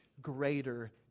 greater